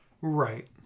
Right